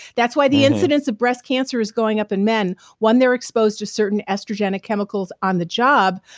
that's why the incidence of breast cancer is going up in men when they're exposed to certain estrogenic chemicals on the job,